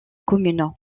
commune